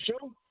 show